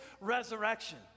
resurrection